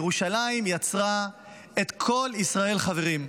ירושלים יצרה את כל ישראל חברים.